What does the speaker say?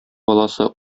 баласы